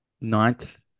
ninth